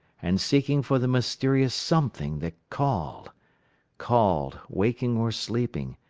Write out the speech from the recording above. and seeking for the mysterious something that called called, waking or sleeping,